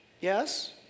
Yes